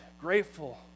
grateful